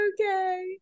okay